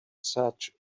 such